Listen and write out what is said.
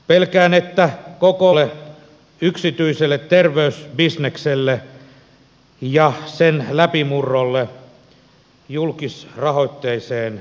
pelkään että kokoomuksen johdolla halutaan avata kuntauudistuksen myötä tie yhä kasvavalle yksityiselle terveysbisnekselle ja sen läpimurrolle julkisrahoitteiseen terveydenhuoltoon